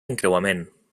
encreuament